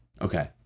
Okay